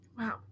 Wow